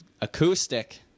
Acoustic